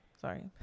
Sorry